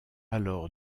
alors